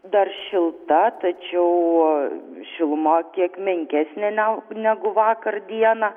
dar šilta tačiau šiluma kiek menkesnė ne negu vakar dieną